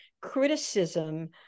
criticism